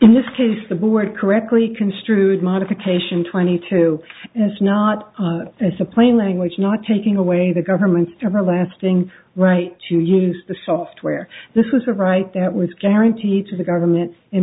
in this case the word correctly construed modification twenty two is not as a plain language not taking away the government's ever lasting right to use the software this is a right that was guaranteed to the government